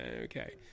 okay